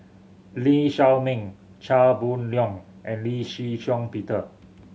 Lee Shao Meng Chia Boon Leong and Lee Shih Shiong Peter